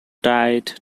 died